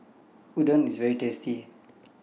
Udon IS very tasty